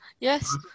yes